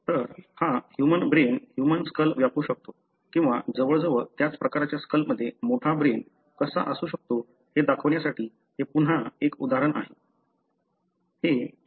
तर हा human brain human skull व्यापू शकतो किंवा जवळजवळ त्याच प्रकारच्या स्कलमध्ये मोठा ब्रेन कसा असू शकतो हे दाखवण्यासाठी हे पुन्हा एक उदाहरण आहे